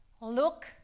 look